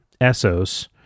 Essos